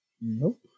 Nope